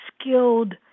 skilled